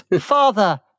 father